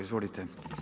Izvolite.